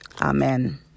amen